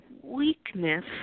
weakness